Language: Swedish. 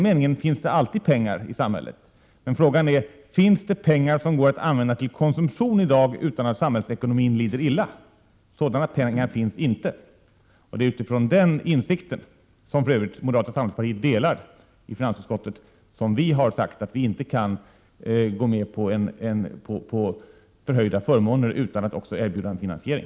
Men frågan är: Finns det pengar som kan användas till konsumtion i dag utan att samhällsekonomin lider illa? Nej, sådana pengar finns inte. Det är utifrån den insikten, som moderaterna i finansutskottet för övrigt delar, som vi i folkpartiet har sagt att vi inte kan gå med på ökade förmåner utan att det också erbjuds en finansiering.